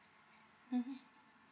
mmhmm